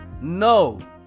No